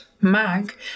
MAG